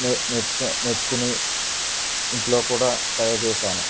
నేను నేర్చుకుని నేర్చుకుని ఇంట్లో కూడా ట్రై చేసాను